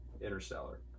Interstellar